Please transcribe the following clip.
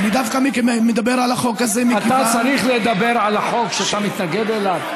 אתה צריך לדבר על החוק שאתה מתנגד לו.